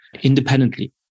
independently